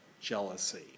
jealousy